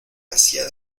hacía